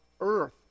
earth